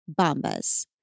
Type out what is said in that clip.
Bombas